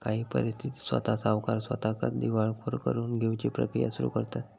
काही परिस्थितीत स्वता सावकार स्वताकच दिवाळखोर करून घेउची प्रक्रिया सुरू करतंत